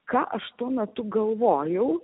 ką aš tuo metu galvojau